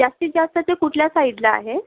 जास्तीत जास्त ते कुठल्या साईडला आहे